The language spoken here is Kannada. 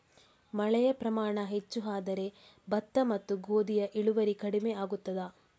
ಮಳೆಯ ಪ್ರಮಾಣ ಹೆಚ್ಚು ಆದರೆ ಭತ್ತ ಮತ್ತು ಗೋಧಿಯ ಇಳುವರಿ ಕಡಿಮೆ ಆಗುತ್ತದಾ?